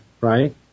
right